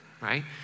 right